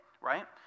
right